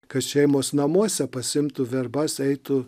kad šeimos namuose pasiimtų verbas eitų